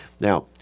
Now